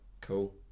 cool